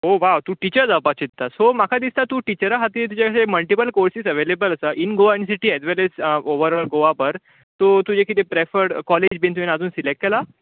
ओ wow तूं teacher जावपाक चित्ता सो म्हाका दिसता तूं टिचराक खातीर जे जे मल्टिपल काॅर्सीस एवलेबल आसा in Goa as well as Goa भायर सो तुजे कितें प्रेफर्ड काॅलेज बीन तुयेन आजून सिलेक्ट केलां